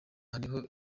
ariho